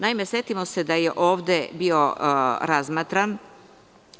Naime, setimo se da je ovde bio razmatran